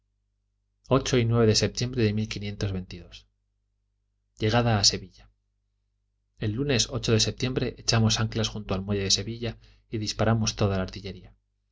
de septiembre de leda a sevilla el lunes de septiembre echamos anclas junto al muelle de sevilla y disparamos toda la artillería